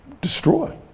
destroy